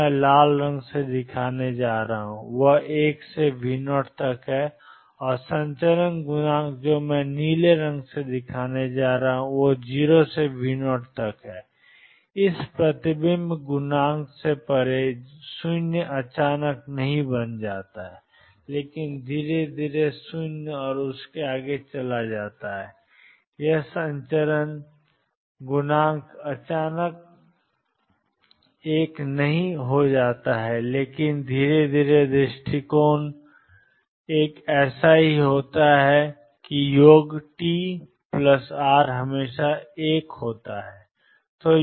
जो मैं लाल रंग से दिखाने जा रहा हूं वह 1 से V0 तक है और संचरण गुणांक जो मैं नीले रंग से दिखाने जा रहा हूं वह 0 से V0 तक है इस प्रतिबिंब गुणांक से परे 0 अचानक नहीं बन जाता है लेकिन धीरे धीरे 0 और उससे आगे चला जाता है यह संचरण गुणांक अचानक एक नहीं हो जाता है लेकिन धीरे धीरे दृष्टिकोण एक ऐसा होता है कि योग TR हमेशा 1 होता है